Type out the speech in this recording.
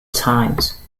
times